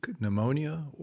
pneumonia